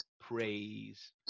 praise